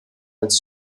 als